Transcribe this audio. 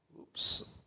Oops